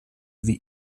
the